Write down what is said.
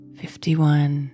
fifty-one